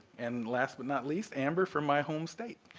and last but not least, amber from my home state.